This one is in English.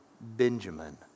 Benjamin